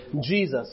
Jesus